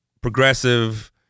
progressive